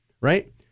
Right